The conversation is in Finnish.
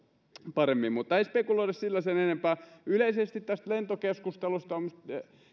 paremmin mutta ei spekuloida sillä sen enempää yleisesti tästä lentokeskustelusta